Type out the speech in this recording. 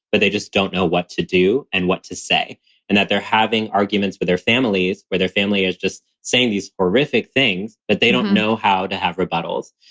but they just don't know what to do and what to say and that they're having arguments with their families, where their family is just saying these horrific things that they don't know how to have rebuttals.